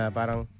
parang